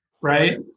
right